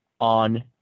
on